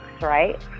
right